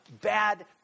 bad